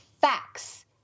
facts